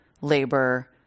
labor